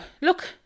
look